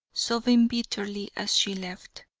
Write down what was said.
sobbing bitterly as she left.